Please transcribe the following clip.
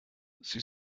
sie